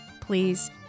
please